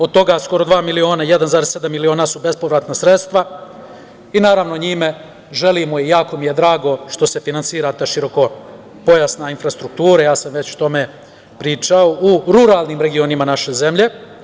Od toga skoro dva miliona, 1,7 miliona su bespovratna sredstva i, naravno, njime želimo i jako mi je drago što se finansira širokopojasna infrastruktura, ja sam već o tome pričao, u ruralnim regionima naše zemlje.